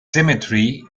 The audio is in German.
cemetery